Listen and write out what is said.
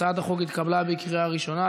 הצעת החוק התקבלה בקריאה ראשונה,